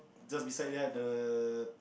just beside that the